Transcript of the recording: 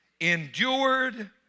endured